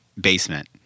basement